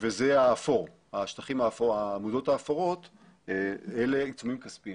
האפור בשקף זה עיצומים כספיים